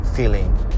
feeling